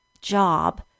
job